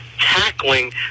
tackling